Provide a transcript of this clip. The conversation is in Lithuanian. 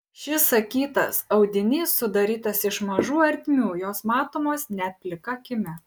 šis akytas audinys sudarytas iš mažų ertmių jos matomos net plika akimi